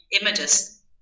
images